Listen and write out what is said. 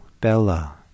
Bella